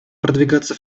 продвигаться